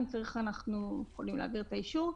אם צריך, אנחנו יכולים להביא את האישור.